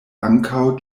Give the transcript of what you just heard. ankaŭ